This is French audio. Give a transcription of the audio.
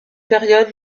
période